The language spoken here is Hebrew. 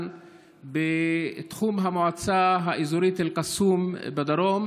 בתחום המועצה האזורית אל-קסום בדרום,